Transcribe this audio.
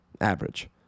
average